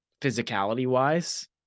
physicality-wise